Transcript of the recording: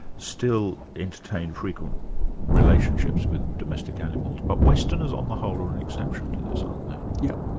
still entertain frequent relationships with domestic animals, but westerners on the whole, are an exception to this, aren't yeah